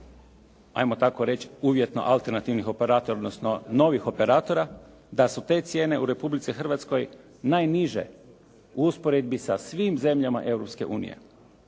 ajmo tako reći, uvjetno alternativnih operatora odnosno novih operatora, da su te cijene u Republici Hrvatskoj najniže u usporedbi sa svim zemljama